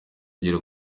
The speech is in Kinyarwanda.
agera